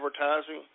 advertising